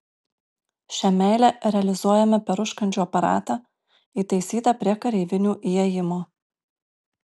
šią meilę realizuojame per užkandžių aparatą įtaisytą prie kareivinių įėjimo